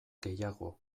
gehiago